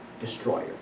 destroyer